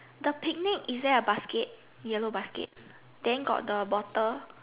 the picnic is there a basket yellow basket then got the bottle